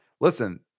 Listen